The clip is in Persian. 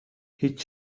هیچ